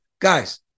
Guys